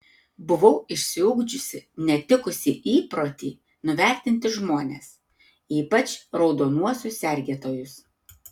buvau išsiugdžiusi netikusį įprotį nuvertinti žmones ypač raudonuosius sergėtojus